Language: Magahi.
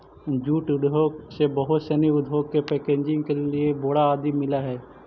जूट उद्योग से बहुत सनी उद्योग के पैकेजिंग के लिए बोरा आदि मिलऽ हइ